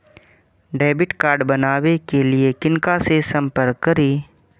Debit card बनावे के लिए किनका से संपर्क करी?